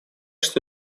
что